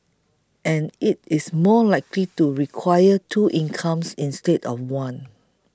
and it is more likely to require two incomes instead of one